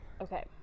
okay